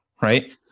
right